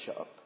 up